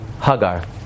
Hagar